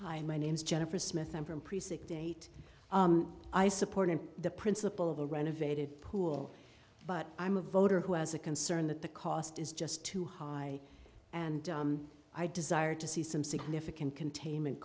hi my name's jennifer smith i'm from precinct date i supported the principal of the renovated pool but i'm a voter who has a concern that the cost is just too high and i desire to see some significant containment